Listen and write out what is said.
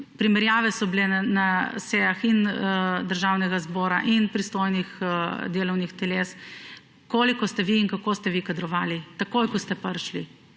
primerjave so bile na sejah državnega zbora in pristojnih delovnih teles, koliko ste vi in kako ste vi kadrovali takoj, ko ste prišli.